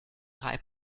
drei